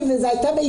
סוציאלית אומרת,